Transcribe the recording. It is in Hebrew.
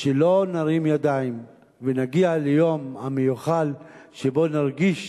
שלא נרים ידיים ונגיע ליום המיוחל שבו נרגיש